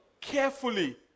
carefully